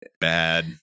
bad